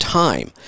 time